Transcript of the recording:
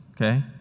okay